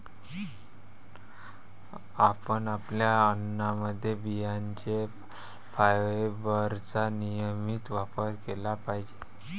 आपण आपल्या अन्नामध्ये बियांचे फायबरचा नियमित वापर केला पाहिजे